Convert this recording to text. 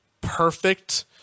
perfect –